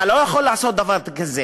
אתה לא יכול לעשות דבר כזה,